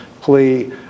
plea